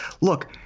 look